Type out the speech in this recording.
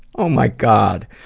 oh my god.